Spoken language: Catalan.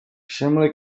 sembla